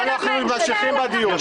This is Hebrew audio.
אנחנו ממשיכים בדיון.